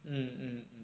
mm mm mm